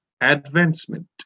advancement